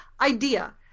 idea